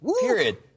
period